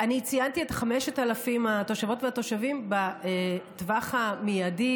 ציינתי את 5,000 התושבות והתושבים בטווח המיידי,